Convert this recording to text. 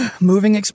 Moving